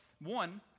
one